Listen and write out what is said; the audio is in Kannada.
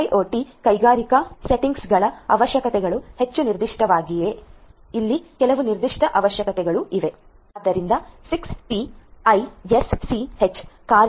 IIoT ಕೈಗಾರಿಕಾ ಸೆಟ್ಟಿಂಗ್ಗಳ ಅವಶ್ಯಕತೆಗಳು ಹೆಚ್ಚು ನಿರ್ದಿಷ್ಟವಾಗಿವೆ ಇಲ್ಲಿ ಕೆಲವು ನಿರ್ದಿಷ್ಟ ಅವಶ್ಯಕತೆಗಳಿವೆ